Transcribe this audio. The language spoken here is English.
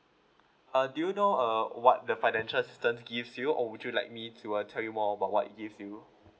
uh do you know err what the financial assistance gives you or would you like me to uh tell you more about what it give you